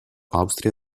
austria